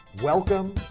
Welcome